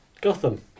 Gotham